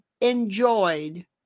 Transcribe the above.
enjoyed